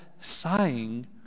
sighing